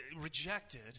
Rejected